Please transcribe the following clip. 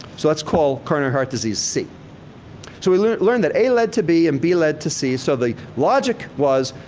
so, let's call coronary heart disease c. so we learned learned that a led to b and b led to c, so the logic was,